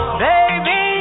baby